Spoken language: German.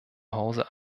hause